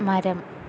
മരം